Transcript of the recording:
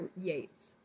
Yates